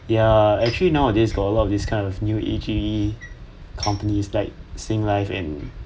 ya actually nowadays got a lot of these kinds of new E_G_E company like singlife and